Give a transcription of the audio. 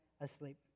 asleep